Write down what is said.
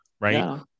right